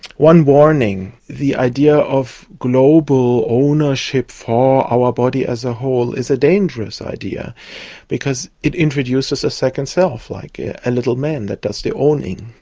one warning, the idea of global ownership for our body as ah whole is a dangerous idea because it introduces a second self, like a little man that does the owning.